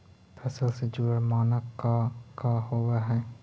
फसल से जुड़ल मानक का का होव हइ?